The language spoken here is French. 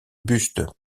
buste